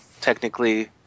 technically